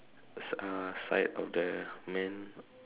a s~ uh side of the man